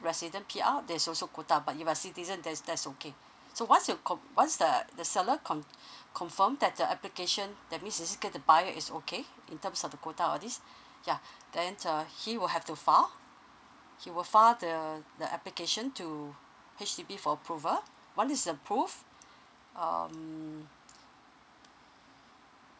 resident P_R there's also quota but if a citizen that's that's okay so once you're com~ once the the seller com~ confirm that the application that means is good the buyer is okay in terms of the quota all these ya then uh he will have to file he will file the the application to H_D_B for approval once this is approved um